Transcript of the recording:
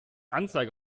anzeige